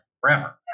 forever